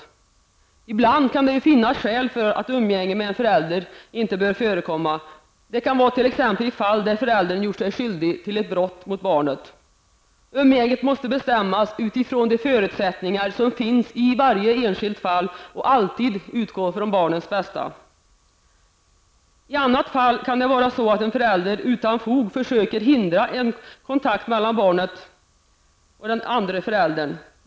Men ibland kan det ju finnas skäl för att umgänge med en förälder inte bör förekomma, t.ex. vid fall där föräldern gjort sig skyldig till ett brott mot barnet. Umgänget måste bestämmas utifrån de förutsättningar som föreligger i varje enskilt fall och alltid utgå från barnets bästa. I annat fall kan det vara så att en förälder utan fog försöker hindra en kontakt mellan barnet och den andre föräldern.